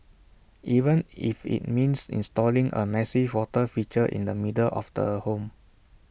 even if IT means installing A massive water feature in the middle of the home